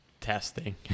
Testing